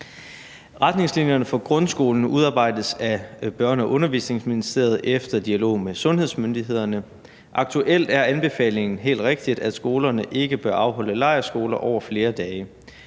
Retningslinjerne for grundskolen udarbejdes af Børne- og Undervisningsministeriet efter dialog med sundhedsmyndighederne. Aktuelt er anbefalingen helt rigtigt, at skolerne ikke bør afholde lejrskoler over flere dage.